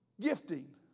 gifting